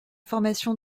formation